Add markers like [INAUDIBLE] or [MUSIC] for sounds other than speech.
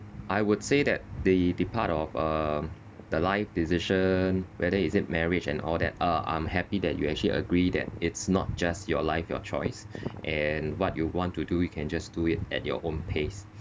I would say that they the part of uh the life decision whether is it marriage and all that uh I'm happy that you actually agree that it's not just your life your choice [BREATH] and what you want to do we can just do it at your own pace